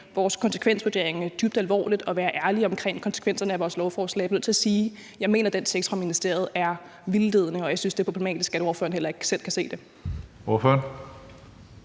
vores konsekvensvurderinger dybt alvorligt og være ærlige omkring konsekvenserne af vores forslag. Jeg bliver nødt til at sige: Jeg mener, den tekst fra ministeriet er vildledende, og jeg synes, det er problematisk, at ordføreren ikke selv kan se det.